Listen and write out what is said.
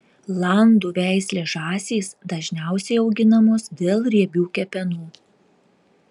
landų veislės žąsys dažniausiai auginamos dėl riebių kepenų